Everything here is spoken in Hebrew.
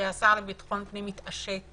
שהשר לביטחון פנים יתעשת